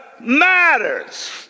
matters